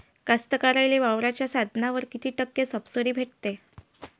कास्तकाराइले वावराच्या साधनावर कीती टक्के सब्सिडी भेटते?